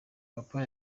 papa